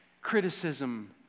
criticism